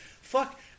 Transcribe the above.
Fuck